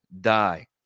die